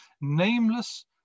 nameless